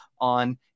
on